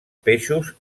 peixos